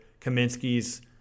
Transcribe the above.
Kaminsky's